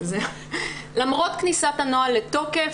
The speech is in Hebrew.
למרות כניסת הנוהל לתוקף,